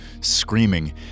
screaming